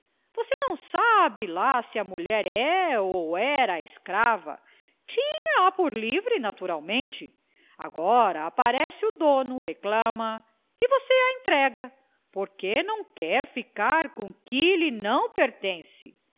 você não sabe lá se a mulher é ou era escrava tinha-a por livre naturalmente agora aparece o dono reclama a e você a entrega porque não quer ficar com o que lhe não pertence